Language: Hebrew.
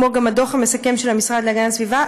וגם הדוח המסכם של המשרד להגנת הסביבה,